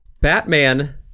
Batman